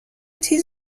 تیز